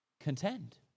contend